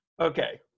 Okay